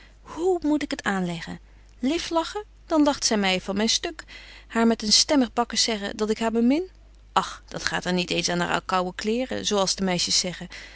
hoe moet ik het aanleggen liflaffen dan lachte zy my van myn stuk haar met een stemmig bakkes zeggen dat ik haar bemin och dat gaat haar niet eens aan haar koude kleêren zo als de meisjes zeggen